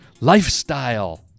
lifestyle